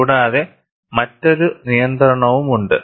കൂടാതെ മറ്റൊരു നിയന്ത്രണവുമുണ്ട്